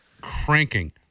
cranking